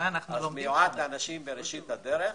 מיועד לאנשים בראשית הדרך.